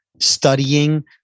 studying